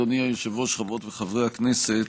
אדוני היושב-ראש, חברות וחברי הכנסת,